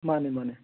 ꯃꯥꯅꯦ ꯃꯥꯅꯦ